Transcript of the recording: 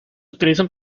utilizan